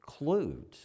include